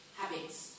habits